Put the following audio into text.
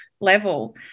level